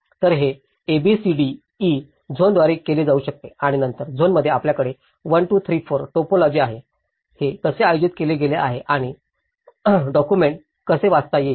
तर हे एबीसीडीई झोनद्वारे केले जाऊ शकते आणि नंतर झोनमध्ये आपल्याकडे 1 2 3 4 टायपोलॉजी आहे हे कसे आयोजित केले गेले आहे आणि हे डॉक्युमेंट कसे वाचता येईल